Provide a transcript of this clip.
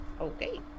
Okay